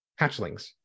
hatchlings